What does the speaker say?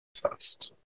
First